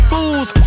Fools